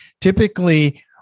Typically